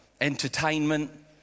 entertainment